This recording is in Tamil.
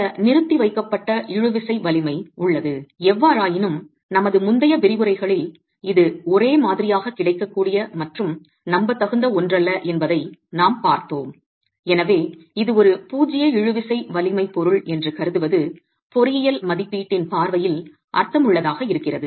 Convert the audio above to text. சில நிறுத்தி வைக்கப்பட்ட இழுவிசை வலிமை உள்ளது எவ்வாறாயினும் நமது முந்தைய விரிவுரைகளில் இது ஒரே மாதிரியாகக் கிடைக்கக்கூடிய மற்றும் நம்பத்தகுந்த ஒன்றல்ல என்பதை நாம் பார்த்தோம் எனவே இது ஒரு பூஜ்ஜிய இழுவிசை வலிமை பொருள் என்று கருதுவது பொறியியல் மதிப்பீட்டின் பார்வையில் அர்த்தமுள்ளதாக இருக்கிறது